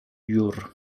jur